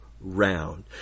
round